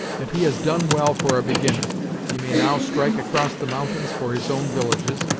that he has done well for a beginner he may now strike across the mountains for his own villages,